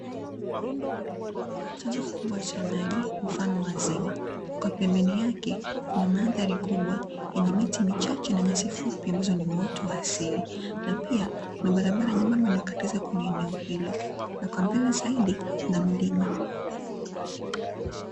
Chanzo kikubwa cha maji mfano wa ziwa, kwa pembeni yake kuna mandhari kubwa, yenye miti michache na nyasi fupi ambazo ni uoto wa asili, na pia kuna barabara nyembamba zimekatiza kwe nye eneo hilo, na kwa mbele zaidi, kuna milima